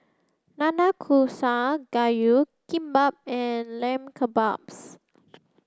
Nanakusa Gayu Kimbap and Lamb Kebabs